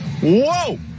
Whoa